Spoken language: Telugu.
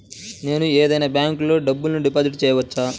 నేను ఏదైనా బ్యాంక్లో డబ్బు డిపాజిట్ చేయవచ్చా?